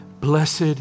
Blessed